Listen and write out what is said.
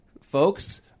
folks